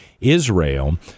Israel